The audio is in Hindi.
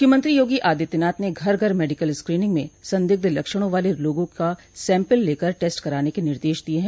मुख्यमंत्री योगी आदित्यनाथ ने घर घर मेडिकल स्क्रीनिंग में संदिग्ध लक्षणों वाले लोगों का सैम्पल लेकर टेस्ट कराने के निर्देश दिये हैं